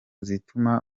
zituma